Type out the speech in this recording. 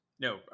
No